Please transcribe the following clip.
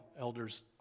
elders